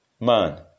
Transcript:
man